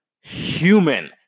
human